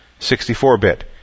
64-bit